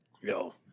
yo